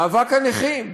מאבק הנכים.